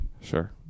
Sure